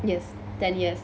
yes ten years